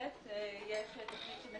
בהחלט יש תוכניות לגבי המקום הזה.